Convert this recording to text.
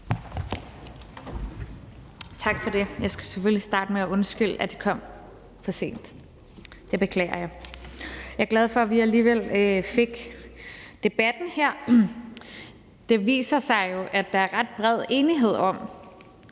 Tak for det. Jeg skal selvfølgelig starte med at undskylde, at jeg kom for sent – det beklager jeg. Jeg er glad for, at vi alligevel fik debatten her, for det viser sig jo, at der er ret bred enighed om,